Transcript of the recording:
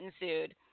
ensued